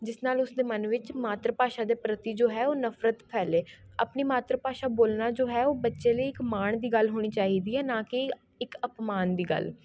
ਜਿਸ ਨਾਲ ਉਸ ਦੇ ਮਨ ਵਿੱਚ ਮਾਤਰ ਭਾਸ਼ਾ ਦੇ ਪ੍ਰਤੀ ਜੋ ਹੈ ਉਹ ਨਫਰਤ ਫੈਲੇ ਆਪਣੀ ਮਾਤਰ ਭਾਸ਼ਾ ਬੋਲਣਾ ਜੋ ਹੈ ਉਹ ਬੱਚੇ ਲਈ ਇੱਕ ਮਾਣ ਦੀ ਗੱਲ ਹੋਣੀ ਚਾਹੀਦੀ ਹੈ ਨਾ ਕਿ ਇੱਕ ਅਪਮਾਨ ਦੀ ਗੱਲ